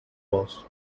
boss